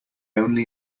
only